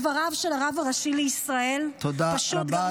דבריו של הרב הראשי לישראל פשוט גרמו, תודה רבה.